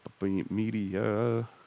Media